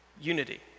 unity